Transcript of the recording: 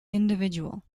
individual